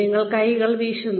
നിങ്ങൾ കൈകൾ വീശുന്നു